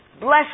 Bless